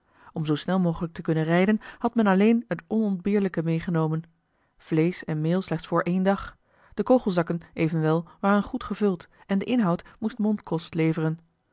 om zoo snel mogelijk te kunnen rijden had men alleen het onontbeerlijke medegenomen vleesch en meel slechts voor één dag de kogelzakken evenwel waren goed gevuld en de inhoud moest eli heimans willem roda mondkost leveren